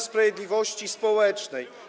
sprawiedliwości społecznej.